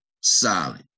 solid